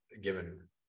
given